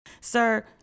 Sir